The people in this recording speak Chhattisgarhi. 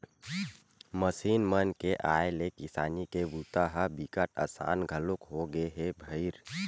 मसीन मन के आए ले किसानी के बूता ह बिकट असान घलोक होगे हे भईर